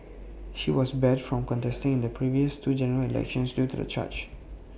he was barred from contesting in the previous two general elections due to the charge